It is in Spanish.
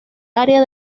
área